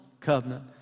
covenant